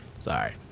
sorry